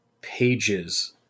pages